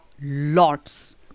lots